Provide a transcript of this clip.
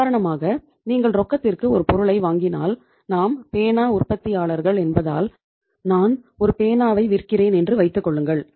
உதாரணமாக நீங்கள் ரொக்கத்திற்கு ஒரு பொருளை வாங்கினால் நாம் பேனா உற்பத்தியாளர்கள் என்பதால் நான் ஒரு பேனாவை விற்கிறேன் என்று வைத்துக்கொள்ளுங்கள்